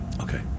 Okay